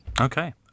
Okay